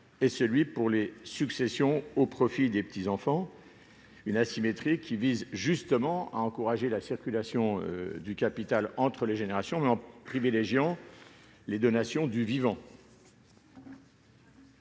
et des successions au profit des petits-enfants, une asymétrie qui vise justement à encourager la circulation du capital entre les générations, mais en privilégiant les donations du vivant.